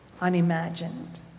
unimagined